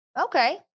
Okay